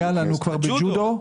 היה בג'ודו.